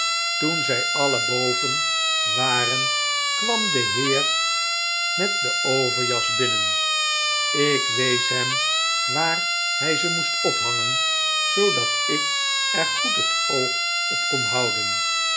toen zy alien boven waren kwam de heer met de overjas binnen ik wees hem waar hy ze moest hangen zoodat ik er goed het oog op kon houden